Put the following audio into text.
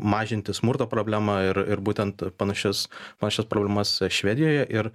mažinti smurto problema ir ir būtent panašius panašias problemas e švedijoje ir